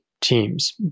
teams